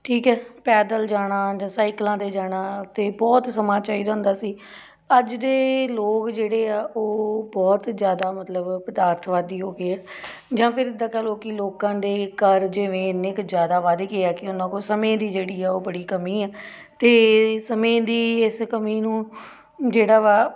ਠੀਕ ਹੈ ਪੈਦਲ ਜਾਣਾ ਜਾਂ ਸਾਈਕਲਾਂ 'ਤੇ ਜਾਣਾ ਅਤੇ ਬਹੁਤ ਸਮਾਂ ਚਾਹੀਦਾ ਹੁੰਦਾ ਸੀ ਅੱਜ ਦੇ ਲੋਕ ਜਿਹੜੇ ਆ ਉਹ ਬਹੁਤ ਜ਼ਿਆਦਾ ਮਤਲਬ ਪਦਾਰਥਵਾਦੀ ਹੋ ਗਏ ਆਂ ਜਾਂ ਫਿਰ ਇੱਦਾਂ ਕਹਿ ਲਓ ਕਿ ਲੋਕਾਂ ਦੇ ਕਾਰਜ ਜਿਵੇਂ ਇੰਨੇ ਕੁ ਜ਼ਿਆਦਾ ਵੱਧ ਗਏ ਆ ਕਿ ਉਹਨਾਂ ਕੋਲ ਸਮੇਂ ਦੀ ਜਿਹੜੀ ਆ ਉਹ ਬੜੀ ਕਮੀ ਆ ਅਤੇ ਸਮੇਂ ਦੀ ਇਸ ਕਮੀ ਨੂੰ ਜਿਹੜਾ ਵਾ